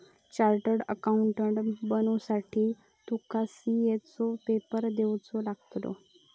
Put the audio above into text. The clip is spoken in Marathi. चार्टड अकाउंटंट बनुसाठी तुका सी.ए चो पेपर देवचो लागतलो